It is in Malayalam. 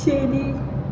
ശരി